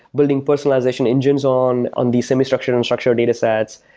building personalization engines on on these semi-structured and structured datasets.